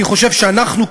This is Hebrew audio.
אני חושב שאנחנו,